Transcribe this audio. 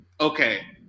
okay